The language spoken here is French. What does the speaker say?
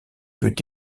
peut